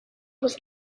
was